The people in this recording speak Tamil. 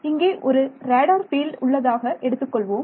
இங்கே ஒரு ரேடார் ஃபீல்ட் உள்ளதாக எடுத்துக் கொள்வோம்